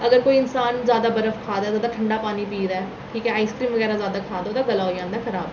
अगर कोई इन्सान जैदा बर्फ खा दा ऐ ते ओह्दा ठंडा पानी पियै दा ऐ ठीक ऐ आइसक्रीम बगैरा जैदा खा दा ऐ ओह्दा गला होई जंदा ऐ खराब